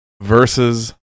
versus